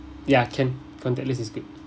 ya can contactless is great